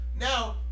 Now